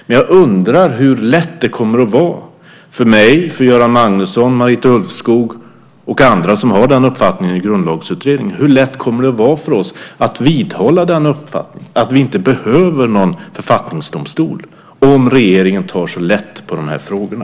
Men jag undrar hur lätt det kommer att vara för mig, Göran Magnusson, Marita Ulvskog och andra som har den uppfattningen i Grundlagsutredningen att vidhålla uppfattningen att vi inte behöver någon författningsdomstol om regeringen tar så lätt på de här frågorna.